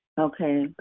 Okay